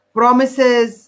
promises